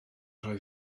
rhoi